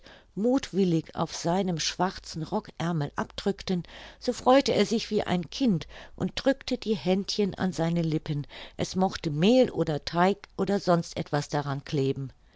muthwillig auf seinem schwarzen rockärmel abdrückten so freute er sich wie ein kind und drückte die händchen an seine lippen es mochte mehl oder teig oder sonst etwas daran kleben